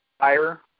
higher